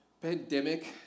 pandemic